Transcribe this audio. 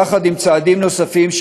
יחד עם צעדים נוספים,